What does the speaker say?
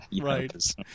Right